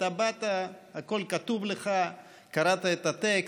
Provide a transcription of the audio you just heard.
אתה באת, הכול כתוב לך, קראת את הטקסט,